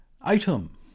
Item